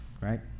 right